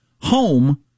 home